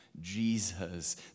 Jesus